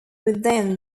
within